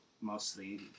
mostly